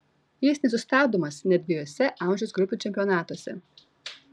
jis nesustabdomas net dviejuose amžiaus grupių čempionatuose